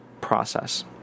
process